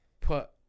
put